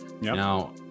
Now